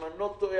אם אני לא טועה,